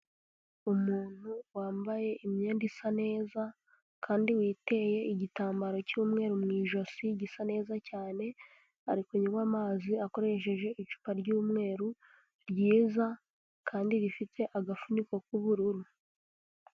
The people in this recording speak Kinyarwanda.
Umuntu wambaye imyenda isa neza kandi witeye igitambaro cy'umweru mu ijosi, gisa neza cyane, ari kunywa amazi akoresheje icupa ry'umweru ryiza kandi rifite agafuniko k'ubururu.